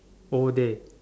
all day